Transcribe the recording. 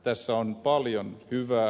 tässä on paljon hyvää